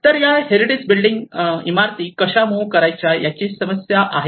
तर या heritage building इमारती कशा मूव्ह करायच्या याची समस्या आहे